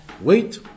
wait